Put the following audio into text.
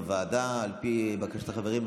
על פי בקשת החברים,